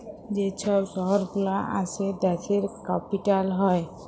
যে ছব শহর গুলা আসে দ্যাশের ক্যাপিটাল হ্যয়